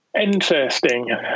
interesting